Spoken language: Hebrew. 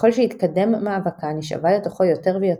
ככל שהתקדם מאבקה נשאבה לתוכו יותר ויותר,